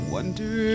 Wonder